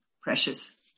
precious